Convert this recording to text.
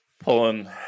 pulling